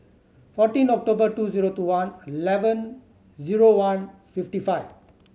fourteen October two zero two one eleven zero one fifty five